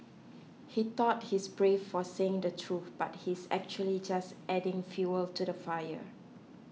he thought he's brave for saying the truth but he's actually just adding fuel to the fire